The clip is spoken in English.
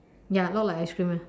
ya look like ice cream eh